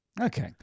Okay